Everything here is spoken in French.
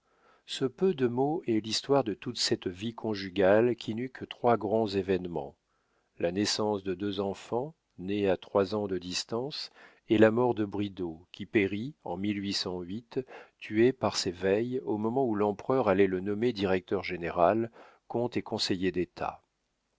ce peu de mots est l'histoire de toute cette vie conjugale qui n'eut que trois grands événements la naissance de deux enfants nés à trois ans de distance et la mort de bridau qui périt en tuée par ses veilles au moment où l'empereur allait le nommer directeur-général comte et conseiller d'état